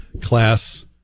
class